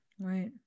right